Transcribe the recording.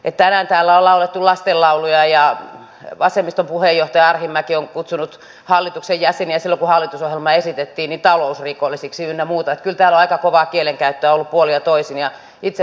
tänään täällä on laulettu lastenlauluja ja vasemmiston puheenjohtaja arhinmäki on kutsunut hallituksen jäseniä talousrikollisiksi silloin kun hallitusohjelma esitettiin ynnä muuta eli kyllä täällä on aika kovaa kielenkäyttöä ollut puolin ja toisin